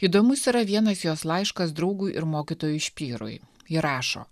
įdomus yra vienas jos laiškas draugui ir mokytojui špyrui ji rašo